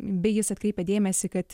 bei jis atkreipia dėmesį kad